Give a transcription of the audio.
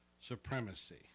supremacy